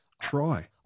Try